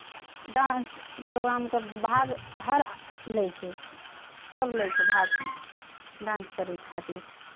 dance programme के भाग हर लै छै सब लै छै भाग डान्स करै खातिर